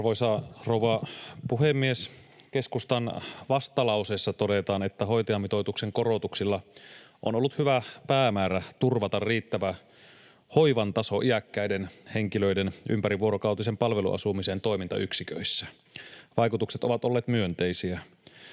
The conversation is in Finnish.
Arvoisa rouva puhemies! Keskustan vastalauseessa todetaan, että hoitajamitoituksen korotuksilla on ollut hyvä päämäärä turvata riittävä hoivan taso iäkkäiden henkilöiden ympärivuorokautisen palveluasumisen toimintayksiköissä. Vaikutukset ovat olleet myönteisiä.